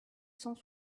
cent